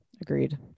Agreed